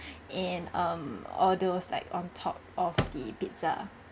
and um all those like on top of the pizza